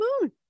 moon